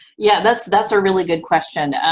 yeah, that's that's a really good question.